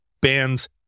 bands